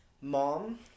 mom